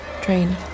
train